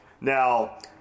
Now